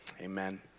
amen